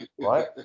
right